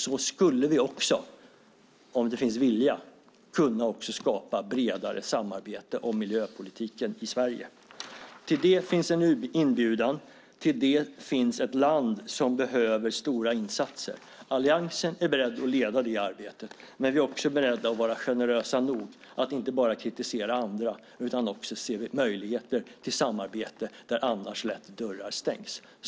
Så skulle vi också, om det finns vilja, kunna skapa bredare samarbete om miljöpolitiken i Sverige. Till det finns en inbjudan. Det finns ett land som behöver stora insatser. Alliansen är beredd att leda det arbetet, men vi är också beredda att vara generösa och inte bara kritisera andra utan också se möjligheter till samarbete där dörrar annars lätt stängs.